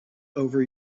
over